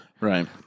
right